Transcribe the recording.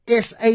SA